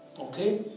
Okay